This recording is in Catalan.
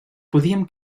podíem